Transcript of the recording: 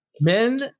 Men